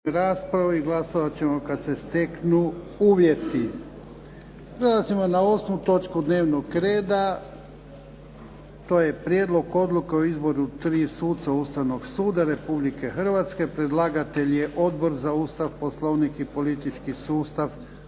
**Jarnjak, Ivan (HDZ)** Prelazimo na 8. točku dnevnog reda. To je - Prijedlog odluke o izboru tri suca Ustavnog suda Republike Hrvatske Predlagatelj je Odbor za Ustav, Poslovnik i politički sustav